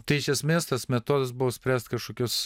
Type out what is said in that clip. tai iš esmės tas metodas buvo spręst kažkokius